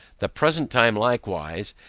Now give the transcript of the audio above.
the present time, likewise,